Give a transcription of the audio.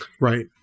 right